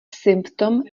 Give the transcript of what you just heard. symptom